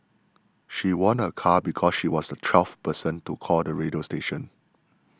she won a car because she was the twelfth person to call the radio station